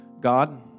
God